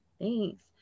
Thanks